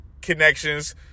connections